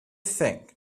think